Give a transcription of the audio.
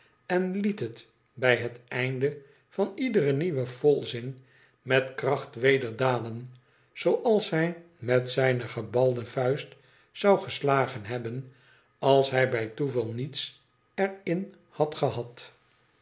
en liet het bij het einde van iederen nieuwen volzin met kracht weder dalen zooals hij met zijne gebalde vuist zou geslagen hebben als hij bij toeval niets er in had gehad